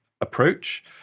approach